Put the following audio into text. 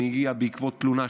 שמגיעים בעקבות תלונה.